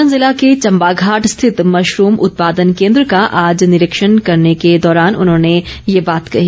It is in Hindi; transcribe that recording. सोलन ज़िला के चंबाघाट स्थित मशरूम उत्पादन केन्द्र का आज निरीक्षण करने के दौरान उन्होंने ये बात कही